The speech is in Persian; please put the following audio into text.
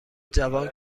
جوان